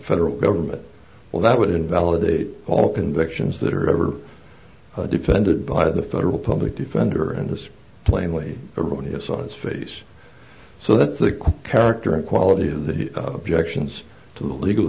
federal government well that would invalidate all convictions that are ever defended by the federal public defender and this plainly erroneous on its face so that's a quick character and quality of the objections to the legal